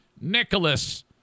Nicholas